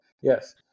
Yes